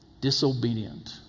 Disobedient